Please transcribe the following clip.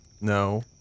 No